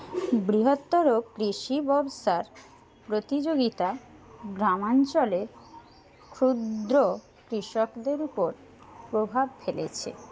বৃহত্তর কৃষি ব্যবসার প্রতিযোগিতা গ্রামাঞ্চলে ক্ষুদ্র কৃষকদের উপর প্রভাব ফেলেছে